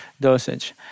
dosage